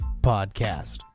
podcast